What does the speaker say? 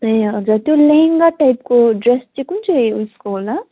ए हजुर त्यो लेहङ्गा टाइपको ड्रेस कुन चाहिँ उसको होला